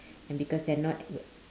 and because they're not